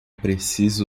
preciso